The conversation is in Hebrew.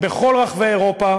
בכל רחבי אירופה